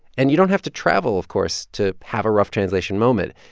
and you don't have to travel, of course, to have a rough translation moment.